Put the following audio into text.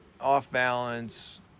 off-balance